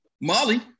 Molly